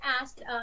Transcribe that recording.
asked